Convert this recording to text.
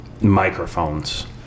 microphones